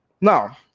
Now